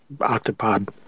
octopod